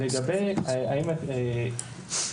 לגבי השאלה,